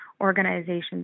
organizations